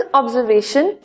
observation